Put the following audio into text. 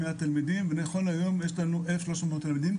תלמידים ונכון להיום יש לנו 1,300 תלמידים,